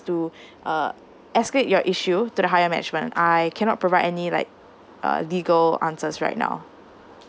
to uh escalate your issue to the higher management I cannot provide any like uh legal answers right now